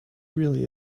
really